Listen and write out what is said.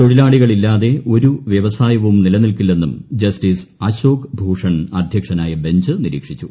തൊഴിലാളികൾ ഇല്ലാതെ ഒരു വൃവസായവും നിലനിൽക്കില്ലെന്നും ജസ്റ്റിസ് അശോക് ഭൂഷൺ അധ്യക്ഷനായ ബെഞ്ച് നിരീക്ഷിച്ചു